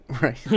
Right